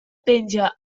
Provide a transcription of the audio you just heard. penja